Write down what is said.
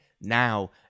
Now